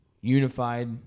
unified